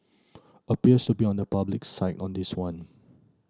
appears to be on the public's side on this one